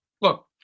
look